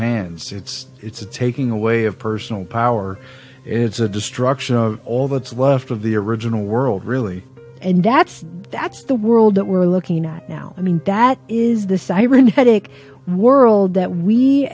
hands it's it's a taking away of personal power it's a destruction of all that's left of the original world really and that's that's the world that we're looking at now i mean that is the siren headache world that we